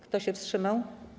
Kto się wstrzymał?